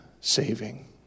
Saving